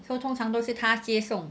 so 通常都是他接送